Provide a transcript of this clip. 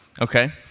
okay